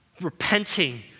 repenting